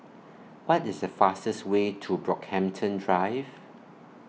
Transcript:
What IS The fastest Way to Brockhampton Drive